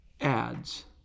adds